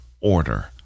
order